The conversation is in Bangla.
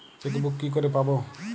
চেকবুক কি করে পাবো?